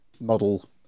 model